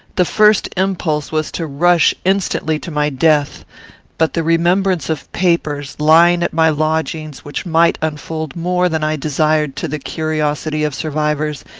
the first impulse was to rush instantly to my death but the remembrance of papers, lying at my lodgings, which might unfold more than i desired to the curiosity of survivors,